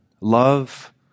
love